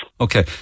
Okay